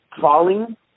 falling